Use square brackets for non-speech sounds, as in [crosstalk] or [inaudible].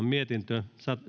[unintelligible] mietintö